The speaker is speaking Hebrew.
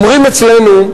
אומרים אצלנו,